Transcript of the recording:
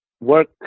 work